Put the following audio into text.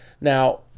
Now